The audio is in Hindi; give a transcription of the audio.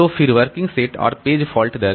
तो फिर वर्किंग सेट और पेज फॉल्ट दर